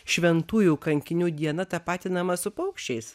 šventųjų kankinių diena tapatinama su paukščiais